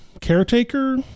caretaker